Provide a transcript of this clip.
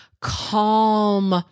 calm